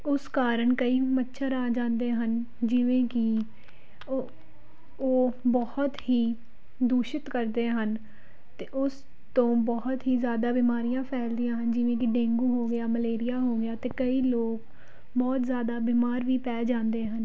ਉਸ ਕਾਰਨ ਕਈ ਮੱਛਰ ਆ ਜਾਂਦੇ ਹਨ ਜਿਵੇਂ ਕਿ ਉਹ ਉਹ ਬਹੁਤ ਹੀ ਦੂਸ਼ਿਤ ਕਰਦੇ ਹਨ ਅਤੇ ਉਸ ਤੋਂ ਬਹੁਤ ਹੀ ਜ਼ਿਆਦਾ ਬਿਮਾਰੀਆਂ ਫੈਲਦੀਆਂ ਹਨ ਜਿਵੇਂ ਕਿ ਡੇਂਗੂ ਹੋ ਗਿਆ ਮਲੇਰੀਆ ਹੋ ਗਿਆ ਅਤੇ ਕਈ ਲੋਕ ਬਹੁਤ ਜ਼ਿਆਦਾ ਬਿਮਾਰ ਵੀ ਪੈ ਜਾਂਦੇ ਹਨ